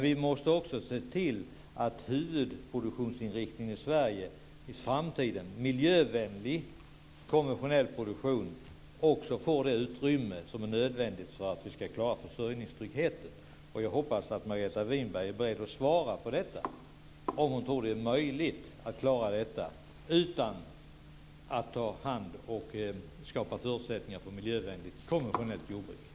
Vi måste också se till att inriktningen på huvudproduktionen i Sverige, miljövänlig, konventionell produktion, får det utrymme som är nödvändigt för att vi ska klara försörjningstryggheten. Jag hoppas att Margareta Winberg är beredd att svara på om hon tror att det är möjligt att klara detta med att skapa förutsättningar för miljövänligt konventionellt jordbruk.